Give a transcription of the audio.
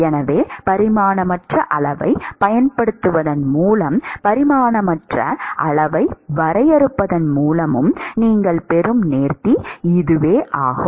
எனவே பரிமாணமற்ற அளவைப் பயன்படுத்துவதன் மூலமும் பரிமாணமற்ற அளவை வரையறுப்பதன் மூலமும் நீங்கள் பெறும் நேர்த்தி இதுவாகும்